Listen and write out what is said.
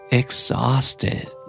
exhausted